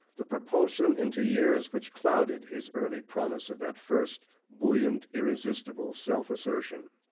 the propulsion into years which clouded his early promise of that first buoyant, irresistible, self-assertion.